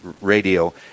Radio